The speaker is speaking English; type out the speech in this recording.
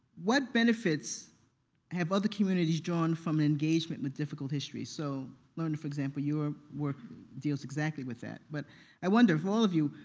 what benefits have other communities drawn from engagement with difficult history? so lerna, for example, your work deals exactly with that. but i wonder of all of you,